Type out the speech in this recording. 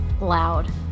loud